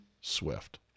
swift